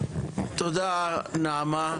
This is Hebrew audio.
תודה נעמה.